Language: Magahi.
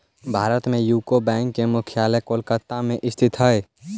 भारत में यूको बैंक के मुख्यालय कोलकाता में स्थित हइ